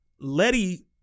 letty